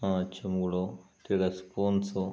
ಆ ಚೊಂಬ್ಗಳು ತಿರುಗ ಸ್ಪೂನ್ಸು